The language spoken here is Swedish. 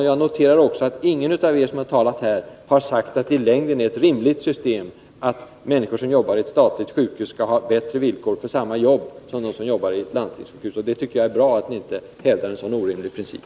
Jag noterar också att ingen av er som har talat i den här debatten sagt att det i längden är ett rimligt system att människor som är anställda vid ett statligt sjukhus skall ha bättre villkor för samma jobb än de som arbetar på ett landstingssjukhus. Och jag tycker det är bra att ni inte hävdar en så orimlig princip.